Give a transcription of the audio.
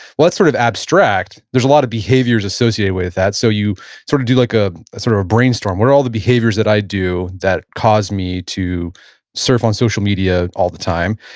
sort of abstract. there's a lot of behaviors associated with that, so you sort of do like a sort of brainstorm. what are all the behaviors that i do that cause me to surf on social media all the time?